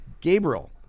Gabriel